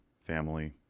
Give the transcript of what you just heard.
family